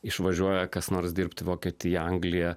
išvažiuoja kas nors dirbt į vokietiją angliją